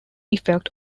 effect